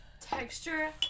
texture